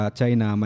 China